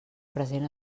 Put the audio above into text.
present